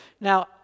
Now